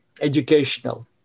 educational